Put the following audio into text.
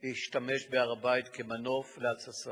להשתמש בהר-הבית כמנוף להתססה,